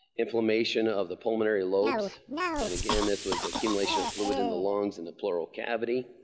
inflammation of the pulmonary lobes and again this was accumulation of fluid in the lungs in the pleural cavity.